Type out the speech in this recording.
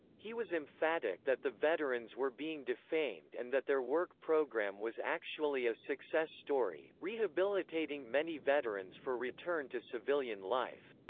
he was emphatic that the veterans were being defamed and that their work program was actually a success story, rehabilitating many veterans for return to civilian life.